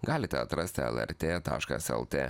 galite atrasti lrt taškas lt